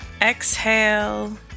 Exhale